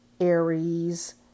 Aries